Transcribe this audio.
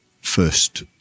first